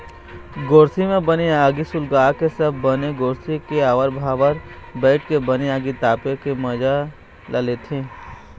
गोरसी म बने आगी सुलगाके सब बने गोरसी के आवर भावर बइठ के बने आगी तापे के मजा ल लेथे